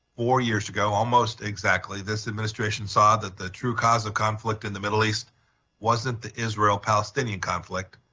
four years ago, almost exactly, this administration saw that the true cause of conflict in the middle east wasn't the israel-palestinian conflict